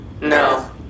No